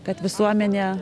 kad visuomenė